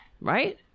Right